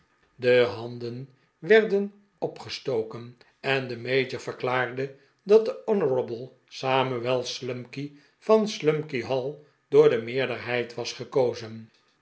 de handen werden opgestoken en de mayor verklaarde dat de honourable samuel slumkey van slumkey hall door de meerderheid was gekozen